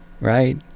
right